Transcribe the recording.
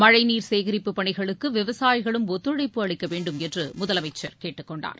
மழைநீர் சேகரிப்பு பணிகளுக்கு விவசாயிகளும் ஒத்துழைப்பு அளிக்க வேண்டும் என்று முதலமைச்சர் கேட்டுக்கொண்டார்